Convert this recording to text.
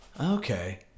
Okay